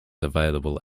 available